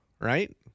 right